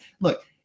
look